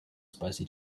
spicy